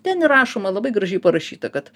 ten ir rašoma labai gražiai parašyta kad